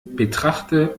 betrachte